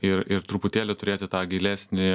ir ir truputėlį turėti tą gilesnį